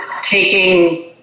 taking